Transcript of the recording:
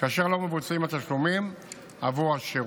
כאשר לא מבוצעים התשלומים עבור השירות.